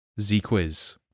Z-Quiz